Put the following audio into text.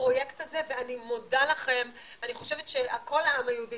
בפרויקט הזה ואני מודה לכם ואני חושבת שכל העם היהודי